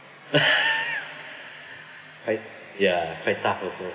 quite ya quite tough also